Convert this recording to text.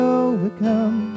overcome